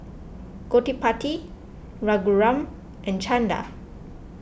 Gottipati Raghuram and Chanda